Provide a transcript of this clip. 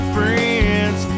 friends